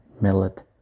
millet